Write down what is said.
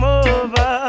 over